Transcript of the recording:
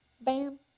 Bam